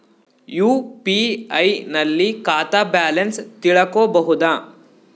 UPI ನಲ್ಲಿ ಖಾತಾ balance ತಿಳಕೊ ಬಹುದಾ?